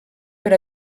per